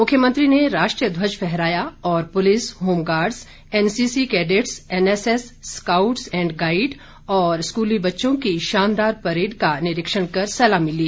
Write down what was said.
मुख्यमंत्री ने राष्ट्रीय ध्वज फहराया और police home guards NCC cadets NSS scouts and guide और स्कूली बच्चों की शानदार परेड का निरीक्षण कर सलामी ली